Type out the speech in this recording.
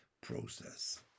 process